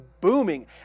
booming